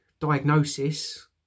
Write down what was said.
diagnosis